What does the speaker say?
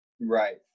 Right